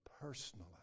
personally